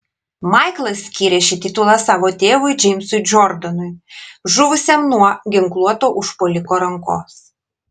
maiklas skyrė šį titulą savo tėvui džeimsui džordanui žuvusiam nuo ginkluoto užpuoliko rankos